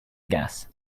guess